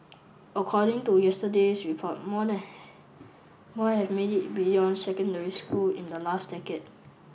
according to yesterday's report more than more have made it beyond secondary school in the last decade